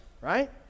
right